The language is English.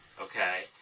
Okay